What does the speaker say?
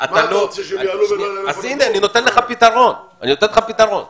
אתה רוצה שיעלו ולא יהיה להם איפה לגור?